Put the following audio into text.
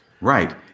Right